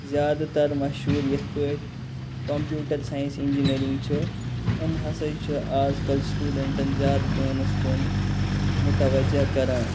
زیادٕ تَر مَشہور یِتھ پٲٹھۍ کمپیوٹَر ساینَس اِنجیٖنیٚرِنٛگ چھِ یِم ہَسا چھِ آزکَل سٹوڈنٹَن زیادٕ پانَس کُن مُتَوَجہَ کَران